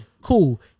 Cool